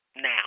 now